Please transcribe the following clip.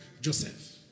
Joseph